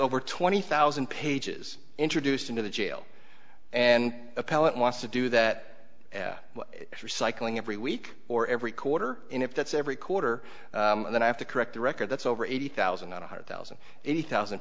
over twenty thousand pages introduced into the jail and appellant wants to do that recycling every week or every quarter in if that's every quarter and then i have to correct the record that's over eighty thousand one hundred thousand eighty thousand